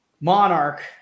monarch